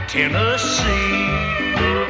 Tennessee